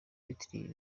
witiriwe